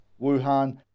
Wuhan